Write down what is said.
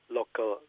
local